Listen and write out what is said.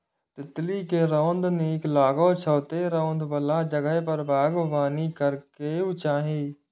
तितली कें रौद नीक लागै छै, तें रौद बला जगह पर बागबानी करैके चाही